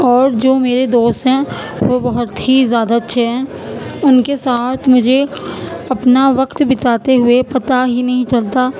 اور جو میرے دوست ہیں وہ بہت ہی زیادہ اچھے ہیں ان کے ساتھ مجھے اپنا وقت بتاتے ہوئے پتہ ہی نہیں چلتا